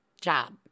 job